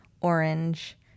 orange